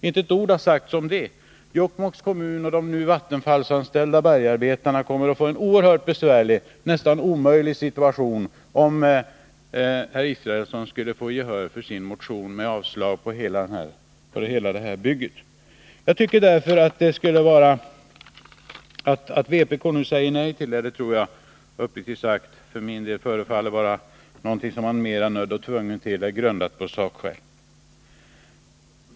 Inte ett ord har sagts om det. Jokkmokks kommun och de av Vattenfall anställda bergsarbetarna kommer att få en oerhört besvärlig, nästan omöjlig situation om Per Israelsson skulle få gehör för sin motion om avslag på propositionen om detta bygge. Att vpk säger nej till förslaget förefaller bero på att man mera är nödd och tvungen till det än att det är grundat på sakskäl.